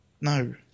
No